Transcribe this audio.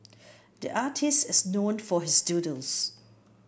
the artist is known for his doodles